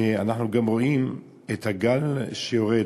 ואנחנו גם רואים את הגל שיורד,